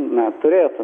na turėtų